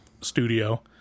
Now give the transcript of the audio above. studio